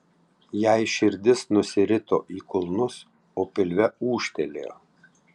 jai širdis nusirito į kulnus o pilve ūžtelėjo